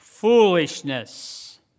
foolishness